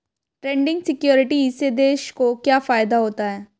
Trading securities से देश को क्या फायदा होता है?